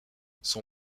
son